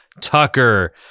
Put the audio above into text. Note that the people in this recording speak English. Tucker